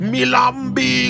Milambi